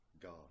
God